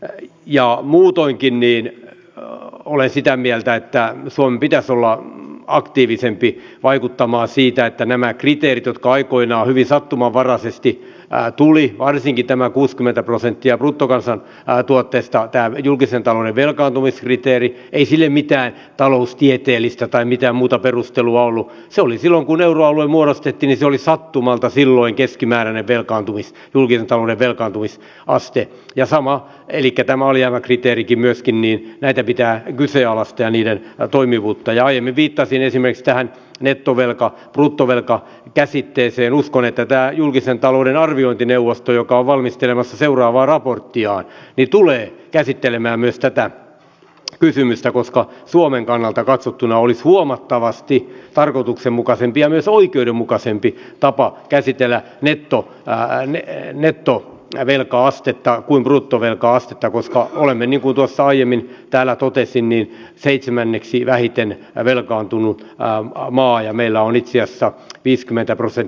äidit ja muutoinkin niin että olen sitä mieltä että sun pitäs olla aktiivisempi vaikuttamaan siitä että nämä kriteerit jotka aikoinaan hyvin sattumanvaraisesti pää tuli varsinkin tämä kuusikymmentä prosenttia bruttokansa päätuotteista ja julkisen talouden velkaantumiskriteeri ei sille mitään taloustieteellistä tai mitään muuta perustelua ollut oli silloin kun euroalue muodostettiinisi oli sattumalta silloin keskimääräinen velkaantui tulkinta on velkaantumisen aste ja samaa eli ketä maalia kiitteli kimeästi niin että pitää jalat ja niiden toimivuutta ja imi viitta tietämistään nettovelka bruttovelka käsitteeseen uskon että tää julkisen talouden arviointineuvosto joka on valmistelemassa seuraavaa raporttiaan tulee käsittelemään myös tätä kysymystä koska suomen kannalta katsottuna olisi huomattavasti tarkoituksenmukaisempi ja myös oikeudenmukaisempi tapa käsitellä liitto päähineiden nettoa velka astetta kun bruttovelka astetta koska olemme niput ovat aiemmin täällä totesin seitsemänneksi vähiten velkaantunut maa ja meillä oli kesä viiskymmentä rosen